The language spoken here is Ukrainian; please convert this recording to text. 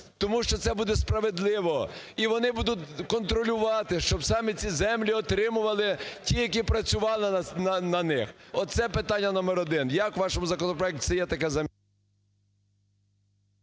тому що це буде справедливо. І вони будуть контролювати, щоб саме ці землі отримували ті, які працювали на них. Оце питання номер один, як в вашому законопроекті є така…